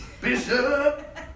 Bishop